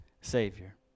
savior